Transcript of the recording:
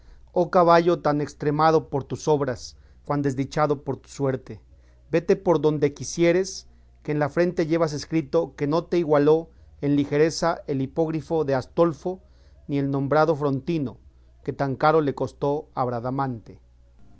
oh caballo tan estremado por tus obras cuan desdichado por tu suerte vete por do quisieres que en la frente llevas escrito que no te igualó en ligereza el hipogrifo de astolfo ni el nombrado frontino que tan caro le costó a